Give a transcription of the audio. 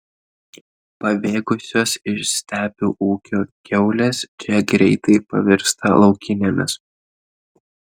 pabėgusios iš stepių ūkių kiaulės čia greitai pavirsta laukinėmis